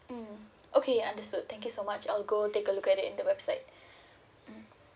mm okay understood thank you so much I will go take a look at it in the website mm